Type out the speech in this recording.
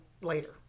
later